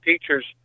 teachers